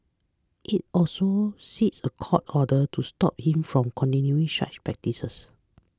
it also seeks a court order to stop him from continuing in such practices